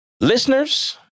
Listeners